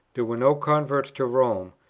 there were no converts to rome,